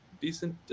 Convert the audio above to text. decent